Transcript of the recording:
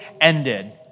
ended